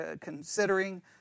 considering